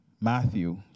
Matthew